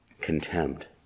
contempt